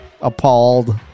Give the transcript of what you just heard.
appalled